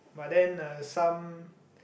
but then uh some